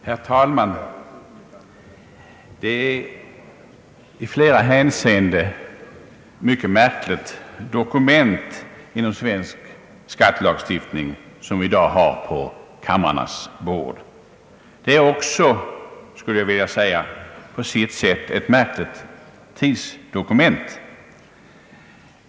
Herr talman! Det är i många hänseenden ett mycket märkligt dokument inom svensk skattelagstiftning som vi i dag har på kamrarnas bord. Det är på sitt sätt också ett märkligt tidsdokument.